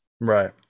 Right